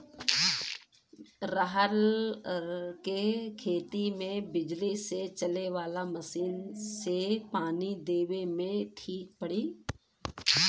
रहर के खेती मे बिजली से चले वाला मसीन से पानी देवे मे ठीक पड़ी?